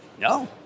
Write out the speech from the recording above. no